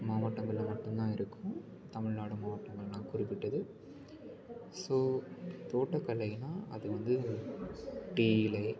மாவட்டங்களில் மட்டுந்தான் இருக்கும் தமிழ்நாடு மாவட்டங்கள் நான் குறிப்பிட்டது ஸோ தோட்டக்கலைனா அது வந்து தேயிலை